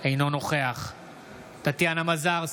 אינו נוכח טטיאנה מזרסקי,